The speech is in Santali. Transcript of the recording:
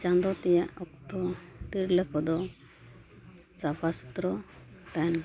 ᱪᱟᱸᱫᱳ ᱛᱮᱭᱟᱜ ᱚᱠᱛᱚ ᱛᱤᱨᱞᱟᱹ ᱠᱚᱫᱚ ᱥᱟᱯᱷᱟ ᱥᱩᱛᱨᱚ ᱛᱟᱦᱮᱱ